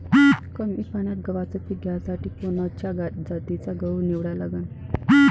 कमी पान्यात गव्हाचं पीक घ्यासाठी कोनच्या जातीचा गहू निवडा लागन?